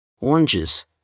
Oranges